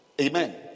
Amen